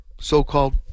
so-called